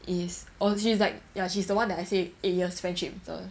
is old~ she's like ya she's the one she's the eight years friendship the